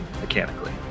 mechanically